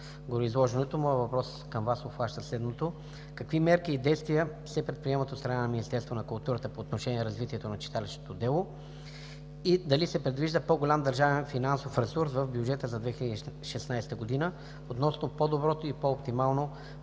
моят въпрос към Вас обхваща следното: Какви мерки и действия се предприемат от страна на Министерството на културата по отношение развитието на читалищното дело и дали се предвижда по-голям държавен финансов ресурс в бюджета за 2016 г. относно по-доброто и по-оптимално